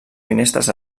finestres